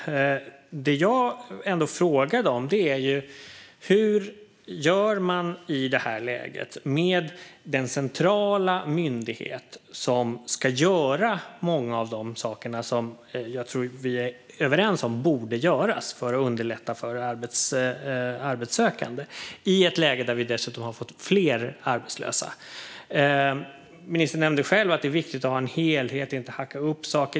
Det som jag frågade om var hur man gör med den centrala myndighet som ska göra många av de saker som jag tror att vi är överens om borde göras för att underlätta för arbetssökande i ett läge där vi dessutom har fått fler arbetslösa. Ministern nämnde själv att det är viktigt att ha en helhet och inte hacka upp saker.